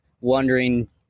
wondering